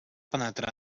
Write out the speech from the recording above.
penetrar